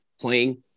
playing